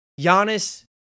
Giannis